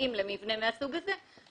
שמתאים למבנה מהסוג הזה.